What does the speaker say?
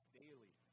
daily